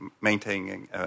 maintaining